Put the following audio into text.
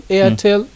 AirTel